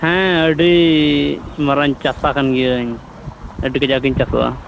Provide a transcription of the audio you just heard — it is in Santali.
ᱦᱮᱸ ᱟᱹᱰᱤ ᱢᱟᱨᱟᱝ ᱪᱟᱥᱟ ᱠᱟᱱ ᱜᱤᱭᱟᱹᱧ ᱟᱹᱰᱤ ᱠᱟᱡᱟᱠ ᱤᱧ ᱪᱟᱥᱚᱜᱼᱟ